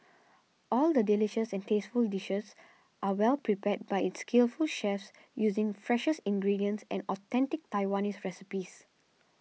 all the delicious and tasteful dishes are well prepared by its skillful chefs using freshest ingredients and authentic Taiwanese recipes